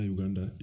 Uganda